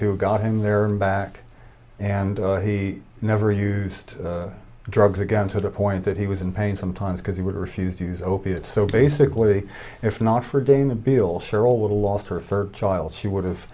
to got him there and back and he never used drugs again to the point that he was in pain sometimes because he would refuse to use opiates so basically if not for dana beal cheryl little lost her third child she would